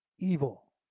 evil